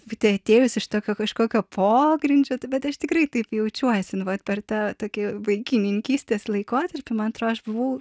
atėjus iš tokio kažkokio pogrindžio bet aš tikrai taip jaučiuosi nu vat per tą tokį vaikininkistės laikotarpį man atrodo aš buvau